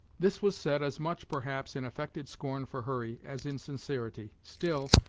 this was said, as much, perhaps, in affected scorn for hurry, as in sincerity. still,